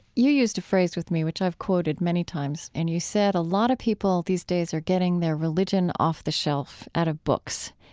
you used a phrase with me, which i've quoted many times, and you said, a lot of people these days are getting their religion off the shelves, out of books.